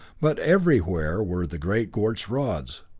but everywhere were the great quartz rods,